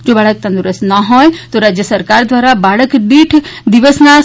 જો બાળક તંદુરસ્ત ન હોય તો રાજ્ય સરકાર દ્વારા બાળક દીઠ દિવસના રૂા